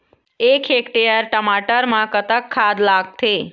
एक हेक्टेयर टमाटर म कतक खाद लागथे?